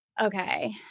Okay